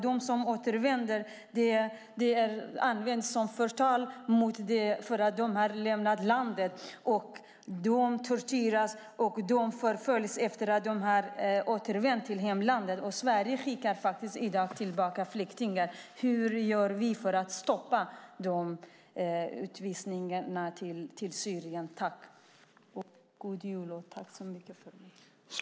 De som återvänder får detta använt som förtal mot sig därför att de har lämnat landet. De torteras och förföljs efter det att de har återvänt till hemlandet. Sverige skickar i dag tillbaka flyktingar. Hur gör vi för att stoppa utvisningarna till Syrien? God jul och tack så mycket för mig!